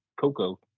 Coco